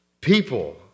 people